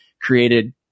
created